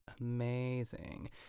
Amazing